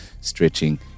stretching